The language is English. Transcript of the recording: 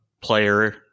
player